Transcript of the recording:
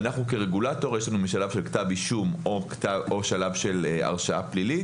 כרגולטור יש לנו שלב של כתב אישום או שלב של הרשעה פלילית.